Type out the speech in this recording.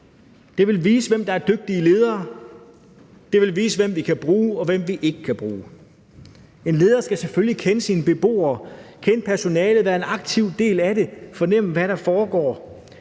Det vil vise, hvem der er dygtige ledere; det vil vise, hvem vi kan bruge – og hvem vi ikke kan bruge. En leder skal selvfølgelig kende sine beboere, kende personalet, være en aktiv del af det, fornemme, hvad der foregår.